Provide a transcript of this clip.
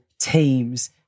teams